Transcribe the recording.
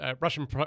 Russian